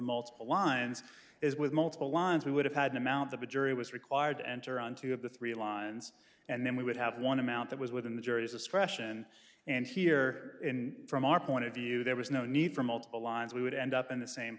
multiple lines is with multiple lines we would have had an amount that the jury was required to enter on two of the three lines and then we would have one amount that was within the jury is a stretch and and here in from our point of view there was no need for multiple lines we would end up in the same